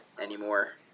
anymore